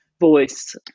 voice